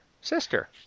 Sister